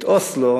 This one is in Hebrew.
את אוסלו